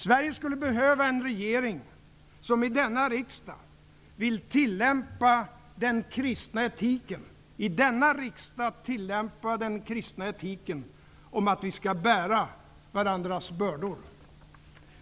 Sverige skulle behöva en regering som -- i denna riksdag -- vill tillämpa den kristna etiken att vi skall bära varandras bördor.